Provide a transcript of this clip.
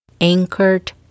anchored